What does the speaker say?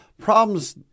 Problems